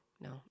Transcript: No